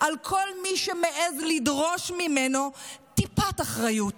על כל מי שמעז לדרוש ממנו טיפת אחריות,